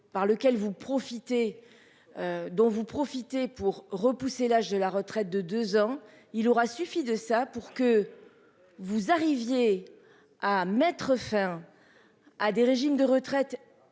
Dont vous profitez pour repousser l'âge de la retraite de 2 ans, il aura suffi de ça pour que. Vous arriviez. À mettre fin. À des régimes de retraite